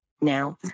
now